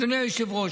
אדוני היושב-ראש,